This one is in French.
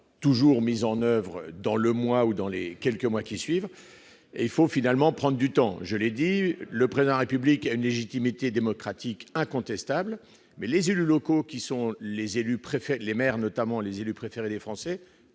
toujours mises en oeuvre dans le mois ou les quelques mois qui suivent une élection. Il faut prendre du temps. Je l'ai dit, le Président de la République a une légitimité démocratique incontestable, mais les élus locaux, les maires notamment, qui sont les élus préférés des Français,